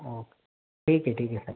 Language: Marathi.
ओके ठीक आहे ठीक आहे साहेब